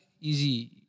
Easy